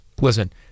listen